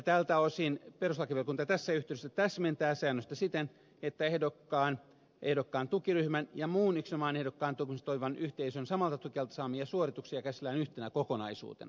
tältä osin perustuslakivaliokunta tässä yhteydessä täsmentää säännöstä siten että ehdokkaan tukiryhmän ja muun yksinomaan ehdokkaan tukemiseksi toimivan yhteisön samalta tukijalta saamia suorituksia käsitellään yhtenä kokonaisuutena